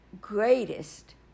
greatest